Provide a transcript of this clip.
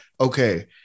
okay